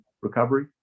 recovery